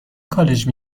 کالج